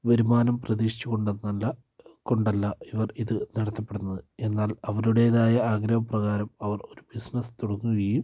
വരുമാനം പ്രതീക്ഷിച്ചു കൊണൊന്നുമല്ല കൊണ്ടല്ല ഇവർ ഇത് നടത്തപ്പെടുന്നത് എന്നാൽ അവരുടേതായ ആഗ്രഹപ്രകാരം അവർ ഒരു ബിസിനസ്സ് തുടങ്ങുകയും